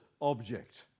object